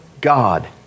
God